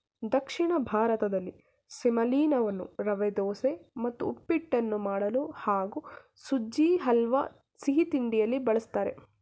ದಕ್ಷಿಣ ಭಾರತದಲ್ಲಿ ಸೆಮಲೀನವನ್ನು ರವೆದೋಸೆ ಮತ್ತು ಉಪ್ಪಿಟ್ಟನ್ನು ಮಾಡಲು ಹಾಗೂ ಸುಜಿ ಹಲ್ವಾ ಸಿಹಿತಿಂಡಿಯಲ್ಲಿ ಬಳಸ್ತಾರೆ